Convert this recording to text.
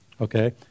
Okay